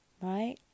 Right